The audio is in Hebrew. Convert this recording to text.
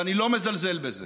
ואני לא מזלזל בזה.